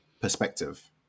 perspective